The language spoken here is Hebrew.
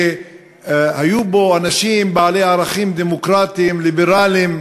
היו בו אנשים בעלי ערכים דמוקרטיים, ליברליים,